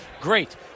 Great